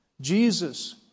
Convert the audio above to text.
Jesus